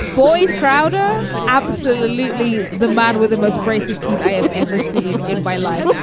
boyd crowder absolutely the man with the most racist teeth i have ever seen in my life.